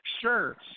Sure